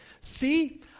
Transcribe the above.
See